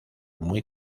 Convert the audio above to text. muy